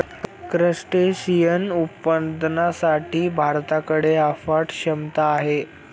crustacean उत्पादनासाठी भारताकडे अफाट क्षमता आहे